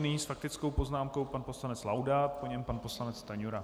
Nyní s faktickou poznámkou pan poslanec Laudát, po něm pan poslanec Stanjura.